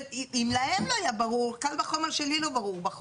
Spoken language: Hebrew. אם להם לא היה ברור, קל וחומר שלי לא ברור.